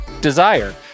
Desire